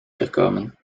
gekomen